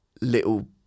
little